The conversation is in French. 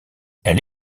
elle